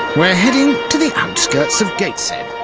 we're heading to the outskirts of gateshead,